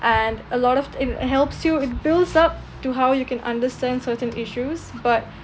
and a lot of it helps you it builds up to how you can understand certain issues but